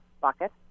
bucket